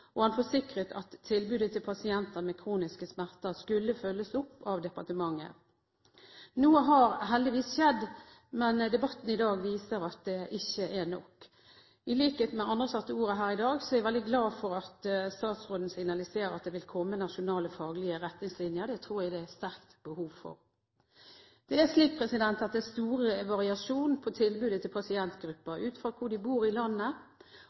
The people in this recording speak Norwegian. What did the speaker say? og han forsikret at tilbudet til pasienter med kroniske smerter skulle følges opp av departementet. Noe har heldigvis skjedd, men debatten i dag viser at det ikke er nok. I likhet med andre som har hatt ordet her i dag, er jeg veldig glad for at statsråden signaliserer at det vil komme nasjonale, faglige retningslinjer. Det tror jeg det er et sterkt behov for. Det er stor variasjon i tilbudet til pasientgrupper ut fra hvor de bor i landet.